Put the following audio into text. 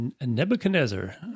Nebuchadnezzar